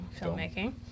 filmmaking